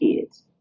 kids